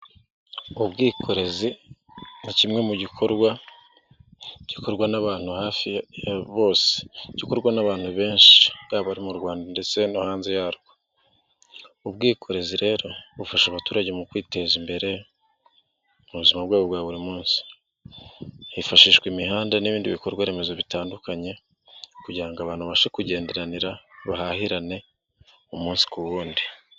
Ubwikorezi ni kimwe mu gikorwa gikorwa n'abantu hafi ya bose, gikorwa n'abantu benshi, bwaba bari mu rwanda ndetse no hanze yarwo. Ubwikorezi rero bufasha abaturage mu kwiteza imbere rwego bwa buri munsi hifashishwa imihanda n'ibindi bikorwa remezo bitandukanye kugira abantu bashe kugenderanira bahahirane umunsi ku wundi.